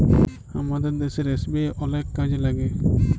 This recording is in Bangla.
আমাদের দ্যাশের এস.বি.আই অলেক কাজে ল্যাইগে